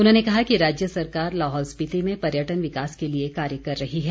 उन्होंने कहा कि राज्य सरकार लाहौल स्पीति में पर्यटन विकास के लिए कार्य कर रही है